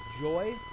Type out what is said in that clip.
joy